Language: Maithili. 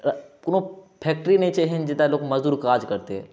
कोनो फैक्ट्री नहि छै एहन जतय मजदूर काज करतै